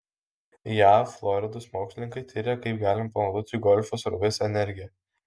jav floridos mokslininkai tiria kaip galima panaudoti golfo srovės energiją